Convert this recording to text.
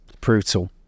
Brutal